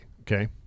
okay